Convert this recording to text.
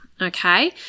Okay